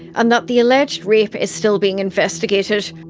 and that the alleged rape is still being investigated.